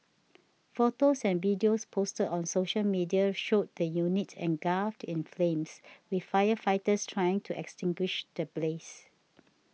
photos and videos posted on social media showed the unit engulfed in flames with firefighters trying to extinguish the blaze